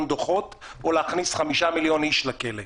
דוחות או להכניס חמישה מיליון איש לכלא.